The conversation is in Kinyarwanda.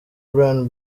brian